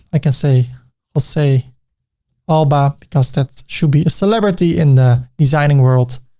i can say jose alba, because that should be a celebrity in the designing world.